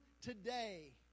today